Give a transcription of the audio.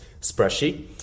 spreadsheet